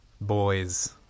boys